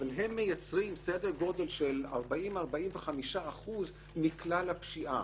אבל חלקם הוא כ-45% מכלל הפשיעה.